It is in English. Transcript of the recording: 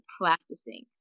practicing